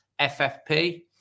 FFP